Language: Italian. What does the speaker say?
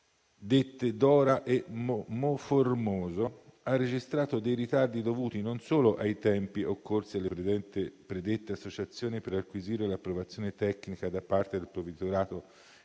dette Dora e Monformoso, ha registrato ritardi dovuti non solo ai tempi occorsi alle predette associazioni per acquisire l'approvazione tecnica da parte del provveditorato